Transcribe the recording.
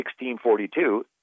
1642